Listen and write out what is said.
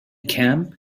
camp